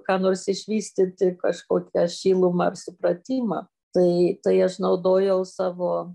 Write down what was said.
ką nors išvystyti tai kažkokią šilumą ir supratimą tai tai aš naudojau savo